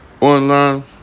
online